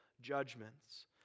judgments